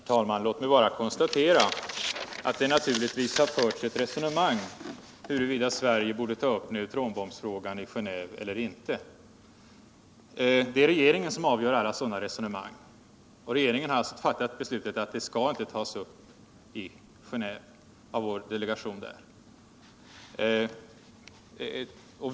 Herr talman! Låt mig bara konstatera att det naturligtvis har förts eu resonemang huruvida Sverige borde ta upp neutronbombsfrågan i Genéve eller inte. Det är regeringen som avgör alla sådana resonemang, och regeringen har alltså fattat beslutet att frågan inte skall tas upp av vår delegation i Genéve.